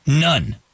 none